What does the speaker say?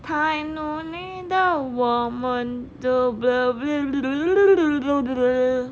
太努力的我们